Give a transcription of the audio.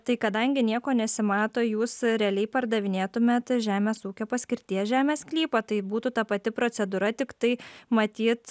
tai kadangi nieko nesimato jūs realiai pardavinėtumėt žemės ūkio paskirties žemės sklypą tai būtų ta pati procedūra tiktai matyt